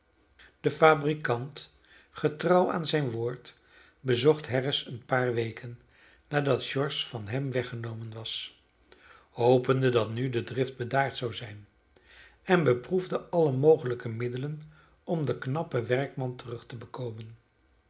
de fabrikant getrouw aan zijn woord bezocht harris een paar weken nadat george van hem weggenomen was hopende dat nu de drift bedaard zou zijn en beproefde alle mogelijke middelen om den knappen werkman terug te bekomen